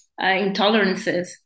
intolerances